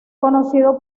conocido